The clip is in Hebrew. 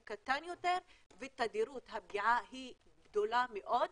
נמוך יותר ותדירות הפגיעה היא גדולה מאוד,